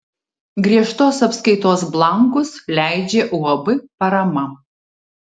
griežtos apskaitos blankus leidžia uab parama